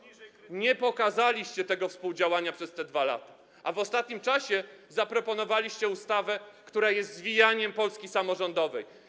Nie pokazaliście tego współdziałania przez te 2 lata, a w ostatnim czasie zaproponowaliście ustawę, która jest zwijaniem Polski samorządowej.